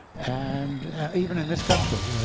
and even in this country,